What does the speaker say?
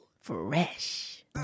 fresh